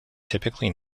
typically